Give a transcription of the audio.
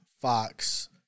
Fox